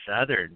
Southern